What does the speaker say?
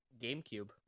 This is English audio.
GameCube